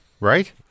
right